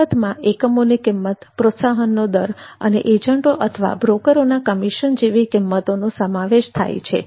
કિંમતમાં એકમોની કિંમત પ્રોત્સાહનનો દર અને એજન્ટો અથવા બ્રોકરોના કમિશન જેવી કિંમતો નો સમાવેશ થાય છે